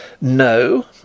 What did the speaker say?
No